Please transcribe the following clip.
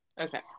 Okay